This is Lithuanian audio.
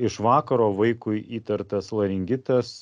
iš vakaro vaikui įtartas laringitas